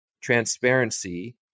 transparency